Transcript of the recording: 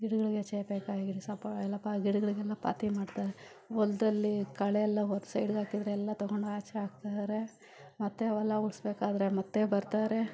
ಗಿಡಗಳಿಗೆ ಸೀಬೆಕಾಯಿ ಗಿಡ ಸಪ ಎಲ್ಲ ಪ ಗಿಡಗಳಿಗೆಲ್ಲ ಪಾತಿ ಮಾಡ್ತಾರೆ ಹೊಲದಲ್ಲಿ ಕಳೆ ಎಲ್ಲ ಒಡ್ದು ಸೈಡಿಗಾಕಿದರೆ ಎಲ್ಲ ತೊಗೊಂಡೋಗಿ ಆಚೆಗೆ ಹಾಕ್ತಿದ್ದಾರೆ ಮತ್ತೆ ಹೊಲ ಉಳಿಸ್ಬೇಕಾದ್ರೆ ಮತ್ತೆ ಬರ್ತಾರೆ